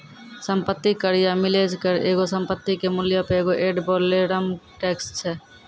सम्पति कर या मिलेज कर एगो संपत्ति के मूल्यो पे एगो एड वैलोरम टैक्स छै